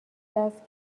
است